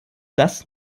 das